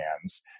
hands